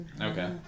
Okay